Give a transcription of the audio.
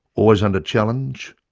always under challenge,